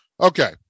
Okay